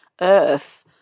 earth